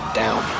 down